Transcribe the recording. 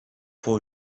fois